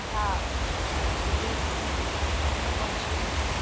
धा वीस पंचवीस